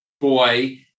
boy